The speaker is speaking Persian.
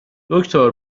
دکتر